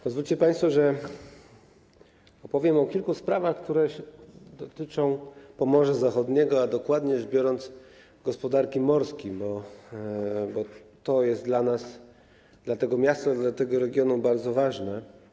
Pozwólcie państwo, że powiem o kilku sprawach, które dotyczą Pomorza Zachodniego, a dokładnie rzecz biorąc, gospodarki morskiej, bo to jest dla nas, dla tego miasta, dla tego regionu bardzo ważne.